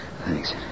Thanks